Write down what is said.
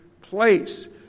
place